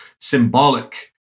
symbolic